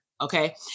Okay